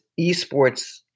esports